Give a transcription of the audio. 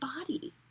body